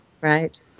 Right